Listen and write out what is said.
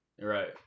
Right